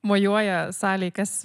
mojuoja salėj kas